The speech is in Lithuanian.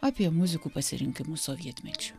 apie muzikų pasirinkimus sovietmečiu